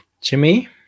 Jimmy